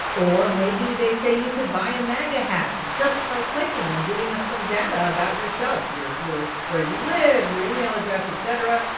or maybe they say you could buy a maga hat just by clicking and giving us some data about yourself, your your where you live, your email address, etc.